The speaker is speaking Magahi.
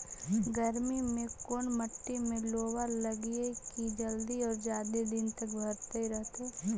गर्मी में कोन मट्टी में लोबा लगियै कि जल्दी और जादे दिन तक भरतै रहतै?